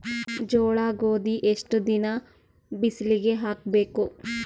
ಜೋಳ ಗೋಧಿ ಎಷ್ಟ ದಿನ ಬಿಸಿಲಿಗೆ ಹಾಕ್ಬೇಕು?